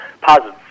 positive